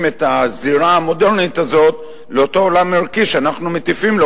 את הזירה המודרנית הזאת לאותו עולם ערכי שאנחנו מטיפים לו,